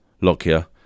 Lockyer